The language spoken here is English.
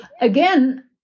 again